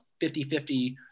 50-50